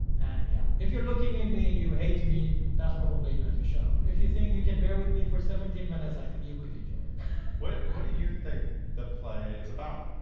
and yeah if you're looking at me and you hate me, that's probably not your show. if you think you can bear with me for seventy minutes, i think you could enjoy it. what do you think the play is about?